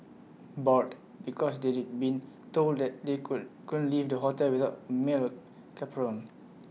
bored because they'd been told that they couldn't couldn't leave the hotel without male chaperone